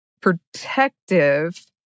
protective